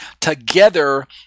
together